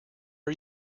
are